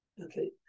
Okay